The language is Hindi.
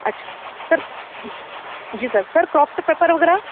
अच्छा सर जी सर सर क्रॉफ्ट पेपर वग़ैरह